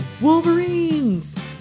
Wolverines